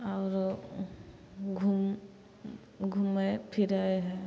आओरो घूम घुमै फिरै हइ